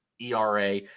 ERA